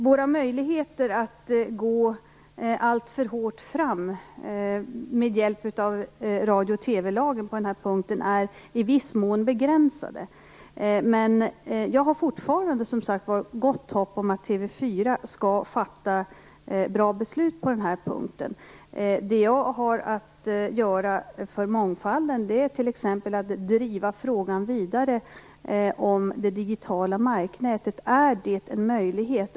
Våra möjligheter att gå alltför hårt fram med hjälp av radio och TV-lagen är på den här punkten i viss mån begränsade. Men jag har fortfarande, som sagt, gott hopp om att TV 4 fattar bra beslut på denna punkt. Vad jag har att göra för mångfalden är t.ex. att driva frågan om det digitala marknätet vidare.